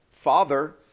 father